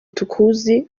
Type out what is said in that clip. tukuzi